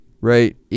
right